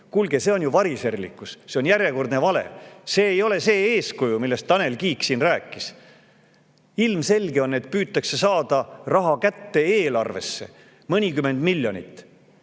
Kuulge, see on ju variserlikkus, see on järjekordne vale, see ei ole see eeskuju, millest Tanel Kiik siin rääkis. Ilmselge on, et püütakse saada raha eelarvesse, mõnikümmend miljonit,